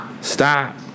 Stop